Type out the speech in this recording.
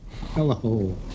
Hello